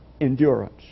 endurance